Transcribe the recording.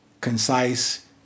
concise